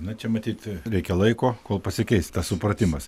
na čia matyt reikia laiko kol pasikeis tas supratimas